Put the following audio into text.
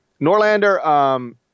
Norlander –